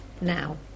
now